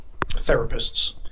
therapists